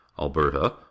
alberta